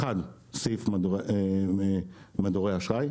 דבר ראשון, סעיף מדורי אשראי.